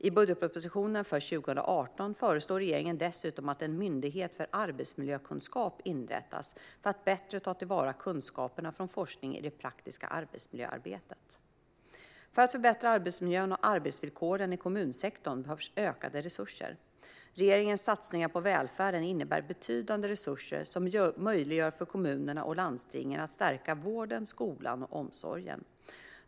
I budgetpropositionen för 2018 föreslår regeringen dessutom att en myndighet för arbetsmiljökunskap inrättas för att bättre ta till vara kunskaperna från forskningen i det praktiska arbetsmiljöarbetet. För att förbättra arbetsmiljön och arbetsvillkoren i kommunsektorn behövs ökade resurser. Regeringens satsningar på välfärden innebär betydande resurser som möjliggör för kommunerna och landstingen att stärka vården, skolan och omsorgen.